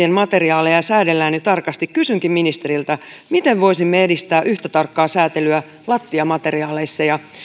lelujen materiaaleja säädellään niin tarkasti kysynkin ministeriltä miten voisimme edistää yhtä tarkkaa säätelyä lattiamateriaaleissa ja